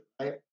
right